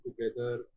together